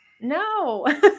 no